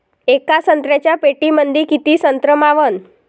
येका संत्र्याच्या पेटीमंदी किती संत्र मावन?